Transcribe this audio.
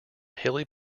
hilly